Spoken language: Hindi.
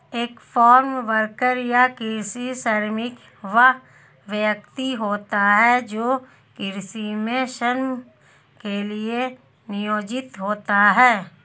एक फार्म वर्कर या कृषि श्रमिक वह व्यक्ति होता है जो कृषि में श्रम के लिए नियोजित होता है